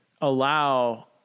allow